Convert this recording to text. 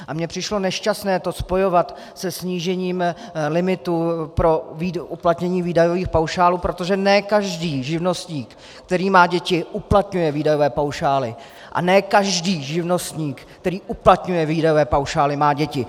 A mně přišlo nešťastné to spojovat se snížením limitů pro uplatnění výdajových paušálů, protože ne každý živnostník, který má děti, uplatňuje výdajové paušály a ne každý živnostník, který uplatňuje výdajové paušály, má děti.